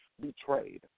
betrayed